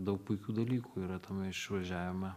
daug puikių dalykų yra tame išvažiavime